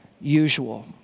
usual